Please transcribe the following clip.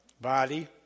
body